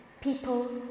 people